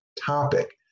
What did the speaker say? topic